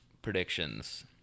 Predictions